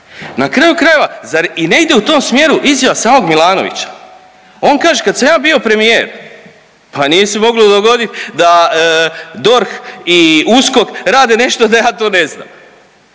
Na kraju krajeva zar i ne ide u tom smjeru izjava samog Milanovića. On kaže kad sam ja bio premijer pa nije se moglo dogodit da DORH i USKOK rade nešto, a da ja to ne znam.